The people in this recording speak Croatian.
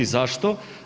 Zašto?